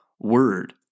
word